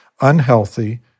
unhealthy